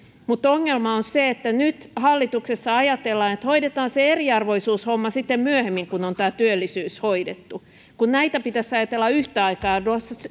mutta ongelma on se että nyt hallituksessa ajatellaan että hoidetaan se eriarvoisuushomma sitten myöhemmin kun on tämä työllisyys hoidettu näitä pitäisi ajatella yhtä aikaa